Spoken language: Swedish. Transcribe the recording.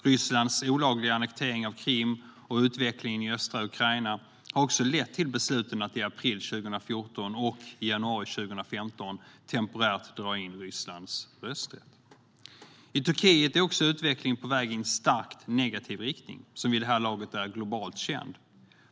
Rysslands olagliga annektering av Krim och utvecklingen i östra Ukraina har också lett till besluten att i april 2014 och januari 2015 temporärt dra in Rysslands rösträtt. I Turkiet är också utvecklingen på väg i en starkt negativ riktning som vid det här laget är globalt känd.